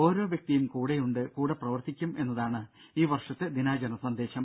ഓരോ വ്യക്തിയും കൂടെയുണ്ട് കൂടെ പ്രവർത്തിക്കും എന്നതാണ് ഈ വർഷത്തെ ദിനാചരണ സന്ദേശം